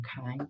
Okay